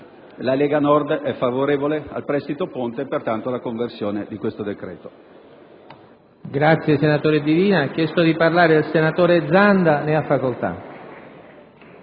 la Lega Nord è favorevole al prestito ponte, pertanto alla conversione del decreto-legge